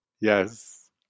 Yes